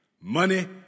money